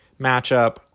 matchup